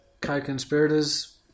co-conspirators